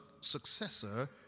successor